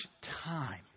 time